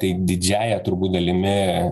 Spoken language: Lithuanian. tai didžiąja turbūt dalimi